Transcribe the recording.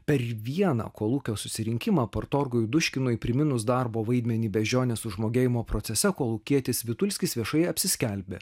per vieną kolūkio susirinkimą partorgui duškinui priminus darbo vaidmenį beždžionės sužmogėjimo procese kolūkietis vitulskis viešai apsiskelbė